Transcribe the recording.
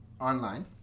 online